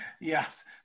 Yes